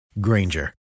Granger